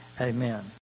Amen